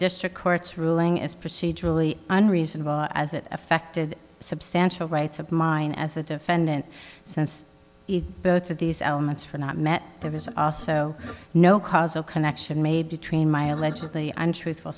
district court's ruling is procedurally unreasonable as it affected substantial rights of mine as a defendant since if both of these elements for not met there was also no causal connection made between my allegedly untruthful